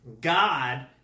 God